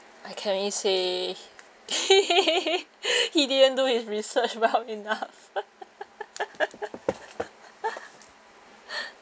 I can only say he didn't do his research well enough